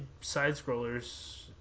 side-scrollers